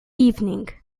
evening